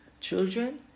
children